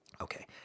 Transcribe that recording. Okay